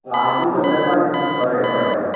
आयच्या संदर्बांत हय हय हय